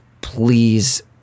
Please